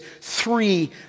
three